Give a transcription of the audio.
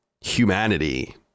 humanity